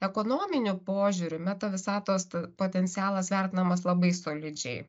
ekonominiu požiūriu meta visatos potencialas vertinamas labai solidžiai